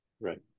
Right